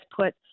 put